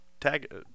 tag